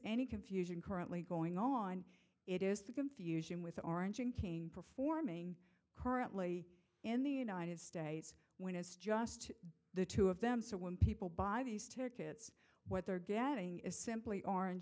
any confusion currently going on it is the confusion with orange and king performing currently in the united states when it is just the two of them so when people buy these tickets what they're getting is simply